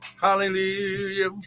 Hallelujah